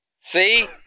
see